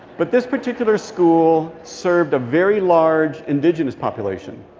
but this particular school served a very large indigenous population.